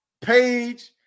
page